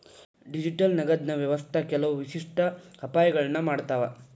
digital ನಗದಿನ್ ವ್ಯವಸ್ಥಾ ಕೆಲವು ವಿಶಿಷ್ಟ ಅಪಾಯಗಳನ್ನ ಮಾಡತಾವ